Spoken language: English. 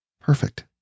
Perfect